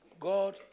God